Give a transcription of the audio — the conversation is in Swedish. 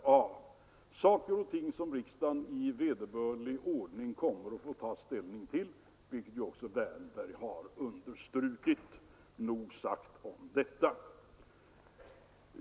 Detta är saker och ting som riksdagen i vederbörlig ordning kommer att få ta ställning till, vilket ju också herr Wärnberg har understrukit. — Nog sagt om detta.